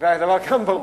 הוצאות דלק.